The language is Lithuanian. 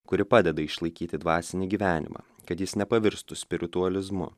kuri padeda išlaikyti dvasinį gyvenimą kad jis nepavirstų spiritualizmu